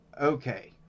okay